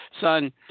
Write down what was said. son